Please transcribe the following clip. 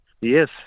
Yes